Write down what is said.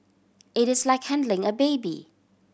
it is like handling a baby